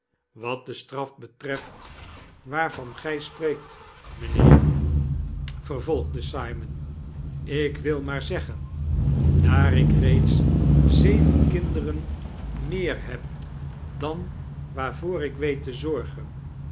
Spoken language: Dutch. wat de straf betreft waarvan gy spreekt mynheer vervolgde simon ik wilmaarzeggen daar ik reeds zeven kinderen meer heb dan waarvoor ik weet te zorgen